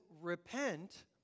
repent